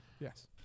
Yes